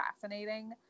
fascinating